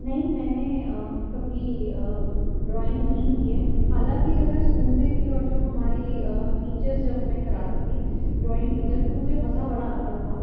نہیں میں نے کبھی ڈرائنگ نہیں کی ہے حالانکہ جب میں اسکول میں تھی اور جو ہماری ٹیچرز جب ہمیں کراتی تھی ڈرائنگ ٹیچر تو مجھے مزہ بڑا آتا تھا